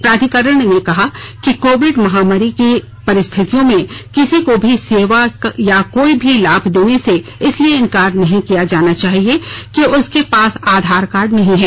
प्राधिकरण ने कहा है कि कोविड महामारी की परिस्थितियों में किसी को भी सेवा या कोई भी लाभ देने से इसलिए इंकार नहीं किया जाना चाहिए कि उसके पास आधार कार्ड नहीं है